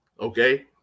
Okay